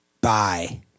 Bye